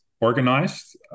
organized